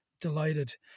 delighted